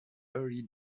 early